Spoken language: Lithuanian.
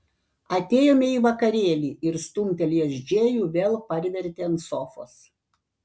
atėjome į vakarėlį ir stumtelėjęs džėjų vėl parvertė ant sofos